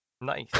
Nice